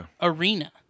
arena